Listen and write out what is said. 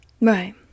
Right